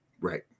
Right